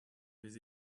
his